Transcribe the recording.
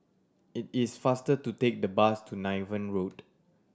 it is faster to take the bus to Niven Road